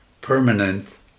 permanent